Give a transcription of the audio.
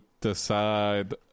decide